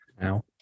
Now